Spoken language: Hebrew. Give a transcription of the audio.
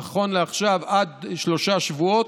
נכון לעכשיו עד שלושה שבועות,